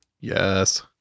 yes